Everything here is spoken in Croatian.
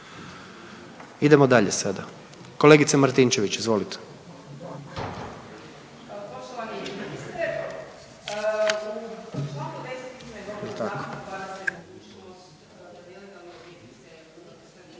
Idemo dalje sada. Kolegice Martinčević, izvolite.